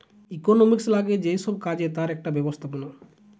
economics লাগে যেই সব কাজে তার একটা ব্যবস্থাপনা